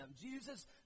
Jesus